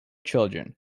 children